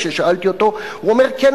כששאלתי אותו הוא אומר: כן,